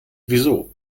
wieso